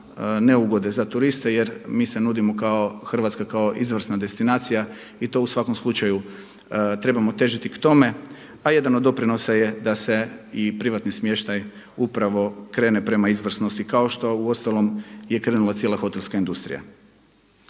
neugode za turiste jer mi se nudimo Hrvatska kao izvrsna destinacija i to u svakom slučaju trebamo težiti k tome, a jedan od doprinosa je da se i privatni smještaj upravo krene prema izvrsnosti, kao što uostalom je krenula cijela hotelska industrija.